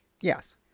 Yes